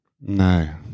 No